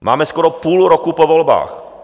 Máme skoro půl roku po volbách.